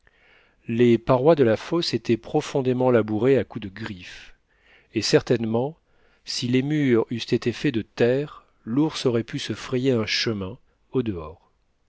les parois de la fosse étaient profondément labourées à coups de griffes et certainement si les murs eussent été faits de terre l'ours aurait pu se frayer un chemin audehors